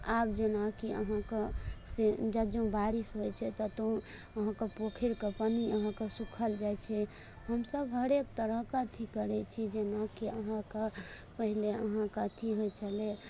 आब जेनाकि अहाँकऽ जब भी बारिश होइत छै तऽ कहूँ अहाँकऽ पोखरि कऽ पानि अहाँकऽ सुखल जाइत छै हमसब हरेक तरह कऽ अथी करैत छी जेनाकि अहाँकऽ पहिले अहाँकऽ अथी होइत छलैए